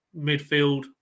midfield